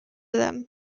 them